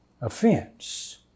offense